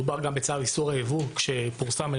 מדובר גם בצו איסור ייבוא שפורסם על